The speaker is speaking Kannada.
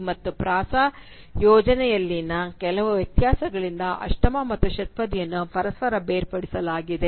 ಮತ್ತು ಪ್ರಾಸ ಯೋಜನೆಯಲ್ಲಿನ ಕೆಲವು ವ್ಯತ್ಯಾಸಗಳಿಂದ ಅಷ್ಟಮ ಮತ್ತು ಷಟ್ಪದಿ ಅನ್ನು ಪರಸ್ಪರ ಬೇರ್ಪಡಿಸಲಾಗಿದೆ